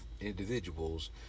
individuals